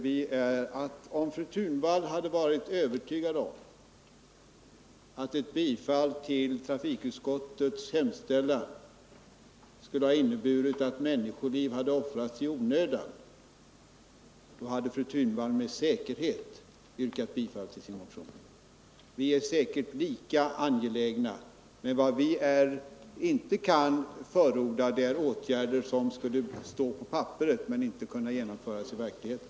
Om fru Thunvall hade varit övertygad om att ett bifall till trafikutskottets hemställan skulle ha inneburit att människoliv hade offrats i onödan, då hade hon med säkerhet yrkat bifall till sin motion. Vi i utskottet är nog lika angelägna om att rädda liv, men vad vi inte kan förorda är åtgärder som skulle stå på papperet men inte kunna genomföras i verkligheten.